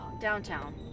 Downtown